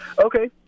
okay